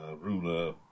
ruler